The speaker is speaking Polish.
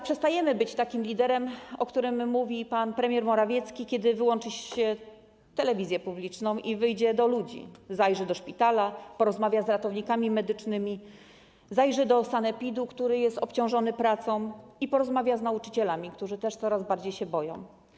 Przestajemy być takim liderem, o czym mówi pan premier Morawiecki, kiedy wyłączy się telewizję publiczną i wyjdzie do ludzi - zajrzy do szpitala, porozmawia z ratownikami medycznymi, zajrzy do sanepidu, który jest obciążony pracą, i porozmawia z nauczycielami, którzy też coraz bardziej się boją.